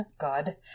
God